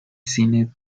cine